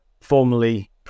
formally